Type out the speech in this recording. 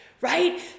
right